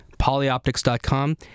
polyoptics.com